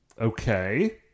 Okay